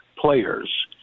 players